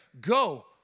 Go